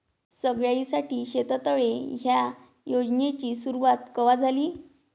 सगळ्याइसाठी शेततळे ह्या योजनेची सुरुवात कवा झाली?